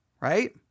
right